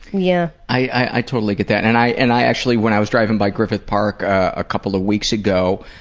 yeah. i totally get that. and i and i actually, when i was driving by griffith park a couple of weeks ago,